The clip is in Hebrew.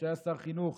כשהוא היה שר חינוך,